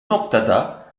noktada